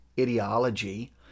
ideology